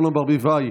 אורנה ברביבאי,